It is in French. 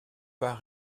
pas